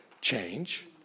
change